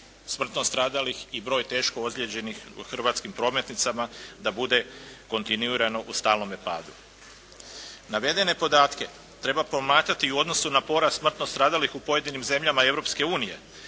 smrtno stradalih i broj teško ozlijeđenih na hrvatskim prometnicama, da bude kontinuirano u stalnome padu. Navedene podatke treba promatrati i u odnosu na porast smrtno stradalih u pojedinim zemljama